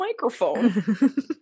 microphone